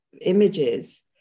images